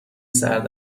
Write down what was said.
سرد